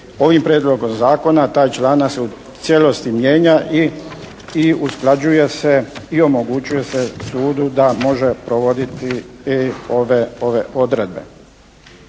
ovim prijedlogom zakona taj članak se u cijelosti mijenja i usklađuje se, i omogućuje se sudu da može provoditi i ove odredbe.